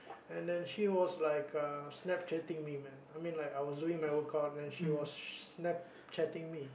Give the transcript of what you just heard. and then she was like uh snap chatting me man I was doing my workout and she was snap chatting me